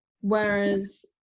whereas